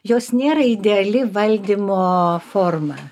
jos nėra ideali valdymo forma